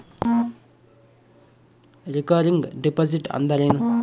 Recurring deposit ಅಂದರೇನು?